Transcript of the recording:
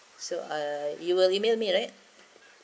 so uh you will email me right